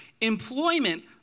Employment